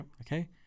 Okay